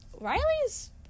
riley's